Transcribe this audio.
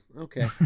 Okay